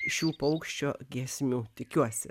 šių paukščio giesmių tikiuosi